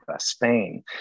Spain